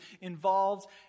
involved